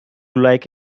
like